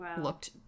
looked